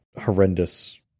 horrendous